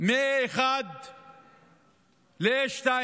מ-A1 ל-A2.